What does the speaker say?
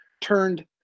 turned